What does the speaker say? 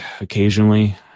occasionally